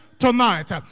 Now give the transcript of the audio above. tonight